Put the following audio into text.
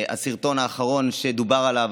הסרטון האחרון שדובר עליו,